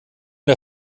der